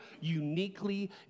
uniquely